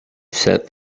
sent